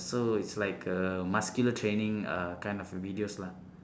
so it's like a muscular training uh kind of videos lah